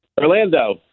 Orlando